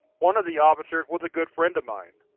one of the officers was a good friend of mine.